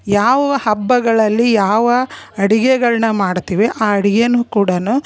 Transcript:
ಯಾವ ಹಬ್ಬಗಳಲ್ಲಿ ಯಾವ ಅಡಿಗೆಗಳನ್ನ ಮಾಡ್ತೀವಿ ಆ ಅಡಿಗೇನೂ ಕೂಡ